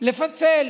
לפצל.